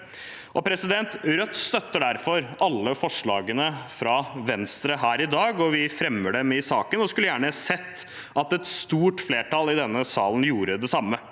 de? Rødt støtter derfor alle forslagene fra Venstre her i dag, og vi fremmer dem i saken og skulle gjerne sett at et stort flertall i denne salen gjorde det samme,